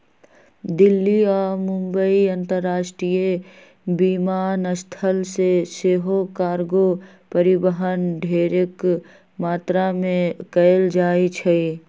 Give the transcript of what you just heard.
दिल्ली आऽ मुंबई अंतरराष्ट्रीय विमानस्थल से सेहो कार्गो परिवहन ढेरेक मात्रा में कएल जाइ छइ